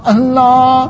Allah